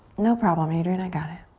no problem, adriene, i got it.